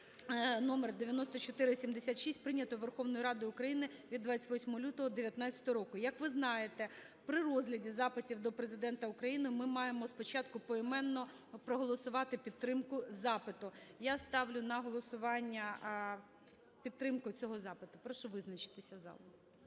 № 9476, прийнятого Верховною Радою України від 28 лютого 19-го року. Як ви знаєте, при розгляді запитів до Президента України ми маємо спочатку поіменно проголосувати підтримку запиту. Я ставлю на голосування підтримку цього запиту. Прошу визначитися зал.